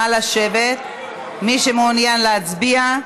נא לשבת, מי שמעוניין להצביע.